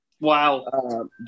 Wow